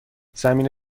زمین